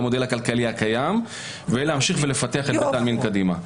המודל הכלכלי הקיים ולהמשיך ולפתח את בתי העלמין קדימה.